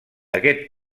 aquest